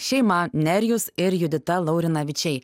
šeima nerijus ir judita laurinavičiai